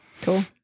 cool